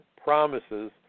promises